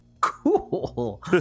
cool